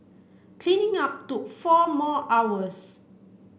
cleaning up took four more hours